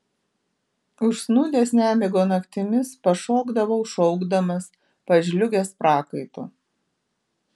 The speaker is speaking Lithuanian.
užsnūdęs nemigo naktimis pašokdavau šaukdamas pažliugęs prakaitu